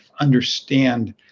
understand